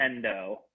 Nintendo